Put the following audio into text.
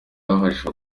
bafashe